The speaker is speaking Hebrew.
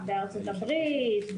בארצות הברית,